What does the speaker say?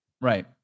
Right